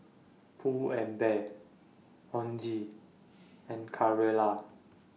Pull and Bear Ozi and Carrera